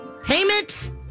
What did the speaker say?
Payment